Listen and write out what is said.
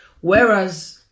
Whereas